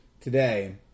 today